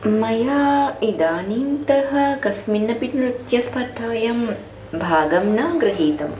मया इदानीन्तः कस्मिन्नपि नृत्यस्पर्धायां भागं न गृहीतम्